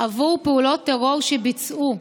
עבור פעולות טרור שביצעו.